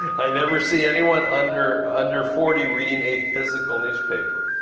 i never see anyone under under forty reading a physical newspaper.